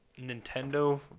Nintendo